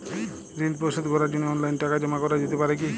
ঋন পরিশোধ করার জন্য অনলাইন টাকা জমা করা যেতে পারে কি?